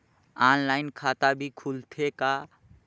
Online खाता भी खुलथे का?